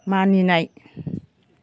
मानिनाय